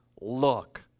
Look